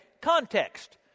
context